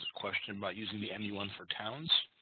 question by using the n e one for towns